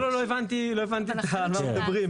לא, לא הבנתי על מה מדברים.